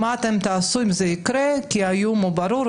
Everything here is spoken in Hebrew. מה אתם תעשו אם זה יקרה כי האיום הוא ברור,